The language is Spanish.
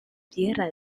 tierra